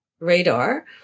radar